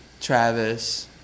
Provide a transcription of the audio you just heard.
Travis